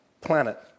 planet